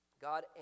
God